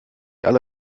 alle